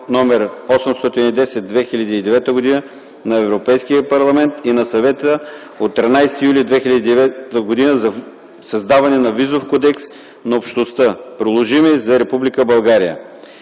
№ 810/2009 г. на Европейския парламент и на Съвета от 13 юли 2009 г. за създаване на Визов кодекс на общността, приложими за